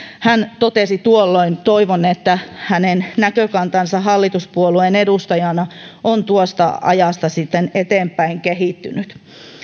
hän totesi tuolloin toivon että hänen näkökantansa hallituspuolueen edustajana on tuosta ajasta sitten eteenpäin kehittynyt